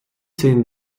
zehn